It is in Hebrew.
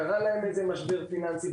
קרה להם משבר פיננסי,